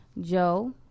Joe